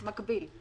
מקביל.